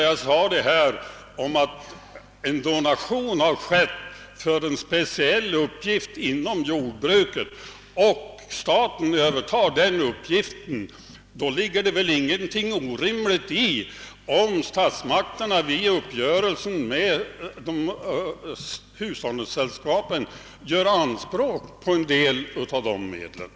Jag sade att om en donation har gjorts för en speciell uppgift inom jordbruket och staten övertar denna uppgift, ligger det väl ingenting orimligt i att statsmakterna vid uppgörelsen med hushållningssällskapen gör anspråk på en del av dessa medel.